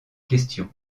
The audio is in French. question